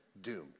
doomed